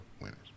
winners